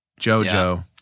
JoJo